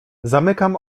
zamykam